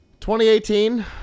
2018